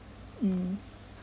mm